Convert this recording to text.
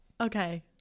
Okay